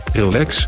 relax